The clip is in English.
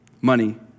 money